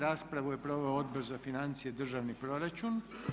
Raspravu je proveo Odbor za financije, državni proračun.